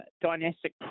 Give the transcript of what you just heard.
Dynastic